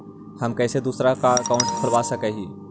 हम कैसे दूसरा का अकाउंट खोलबा सकी ही?